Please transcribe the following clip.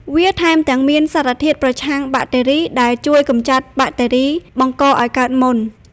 វាថែមទាំងមានសារធាតុប្រឆាំងបាក់តេរីដែលជួយកម្ចាត់បាក់តេរីបង្កឲ្យកើតមុន។